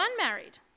unmarried